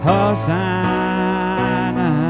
Hosanna